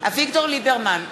אביגדור ליברמן,